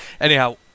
Anyhow